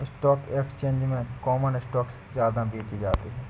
stock exchange में common stock ज्यादा बेचे जाते है